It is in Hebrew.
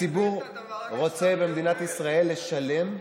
הוא צריך לשלם לנו,